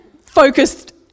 focused